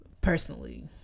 personally